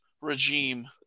regime